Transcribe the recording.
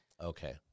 Okay